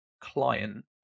client